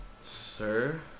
Sir